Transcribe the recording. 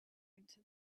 into